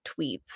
tweets